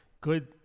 good